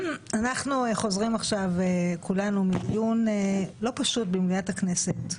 אנחנו חוזרים עכשיו כולנו מדיון לא פשוט במליאת הכנסת,